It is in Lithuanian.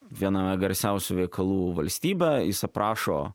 viename garsiausių veikalų valstybė jis aprašo